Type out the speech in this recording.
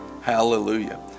hallelujah